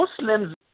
Muslims